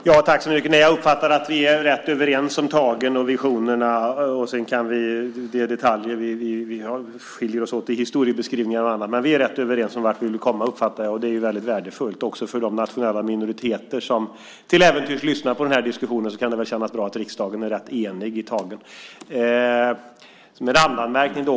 Herr talman! Jag uppfattade att vi är rätt överens om tagen och visionerna. Det är när det gäller detaljer som vi skiljer oss åt, historiebeskrivningar och annat. Men jag uppfattar att vi är rätt överens om vart vi vill komma, och det är väldigt värdefullt. Också för de nationella minoriteter som till äventyrs lyssnar på den här diskussionen kan det kännas bra att riksdagen är rätt enig om tagen. Jag ska göra en randanmärkning.